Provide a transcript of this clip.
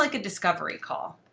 like a discovery call.